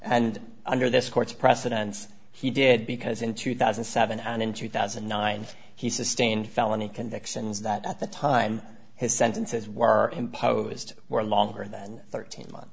and under this court's precedents he did because in two thousand and seven and in two thousand and nine he sustained felony convictions that at the time his sentences were imposed were longer than thirteen month